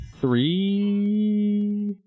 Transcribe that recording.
three